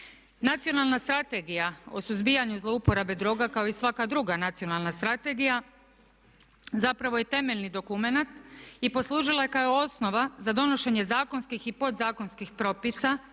Nacionalna strategija o suzbijanju zlouporabe droga kao i svaka druga nacionalna strategija zapravo je temeljni dokumenat i poslužila je kao osnova za donošenje zakonskih i podzakonskih propisa